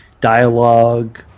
dialogue